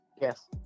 yes